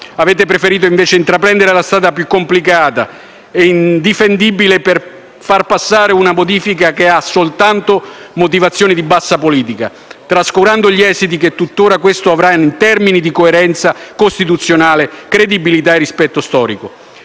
Avete preferito intraprendere la strada più complicata e indifendibile per fare passare una modifica che ha soltanto motivazioni di bassa politica, trascurando gli esiti che tutto questo avrà in termini di coerenza costituzionale, credibilità e rispetto storico.